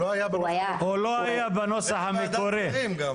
הוא לא היה בנוסח המקורי.